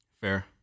Fair